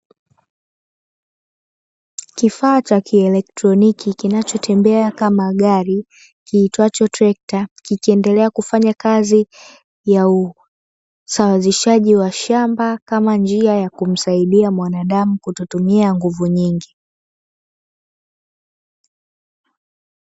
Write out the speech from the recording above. Kifaa cha kielektroniki kinacho tembea kama gari kiitwacho trekta, kikiendelea kufanya kazi ya usawazaji wa shamba kama njia ya kumsaidia mwanadamu kuto tumia nguvu nyingi.